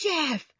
Jeff